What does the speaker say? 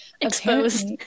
exposed